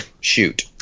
shoot